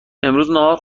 نهار